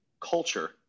culture